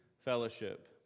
fellowship